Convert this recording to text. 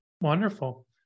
Wonderful